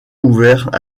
ouvert